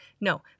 No